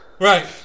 right